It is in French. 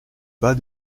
pas